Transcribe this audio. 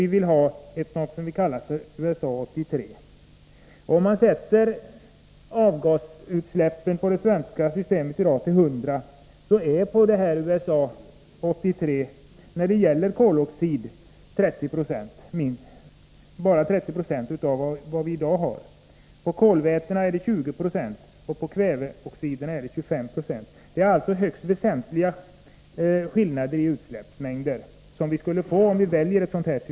Om utsläppen av koloxid, kolväten och kväveoxider i det svenska systemet sätts till 100, kan vi konstatera att vi med ett USA-83-system skulle få ett utsläpp av koloxid på bara 30 96, av kolväten på 20 96 och av kväveoxider på 25 90. Vi skulle alltså få högst väsentliga skillnader i utsläppsmängderna om vi valde USA-systemet.